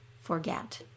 forget